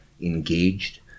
engaged